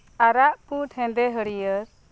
ᱟᱨᱟᱜ ᱯᱩᱸᱰ ᱦᱮᱸᱫᱮ ᱦᱟᱹᱲᱭᱟᱹᱲ